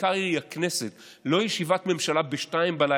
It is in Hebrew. כיכר העיר היא הכנסת, לא ישיבת ממשלה ב-02:00,